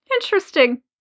Interesting